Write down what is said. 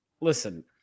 Listen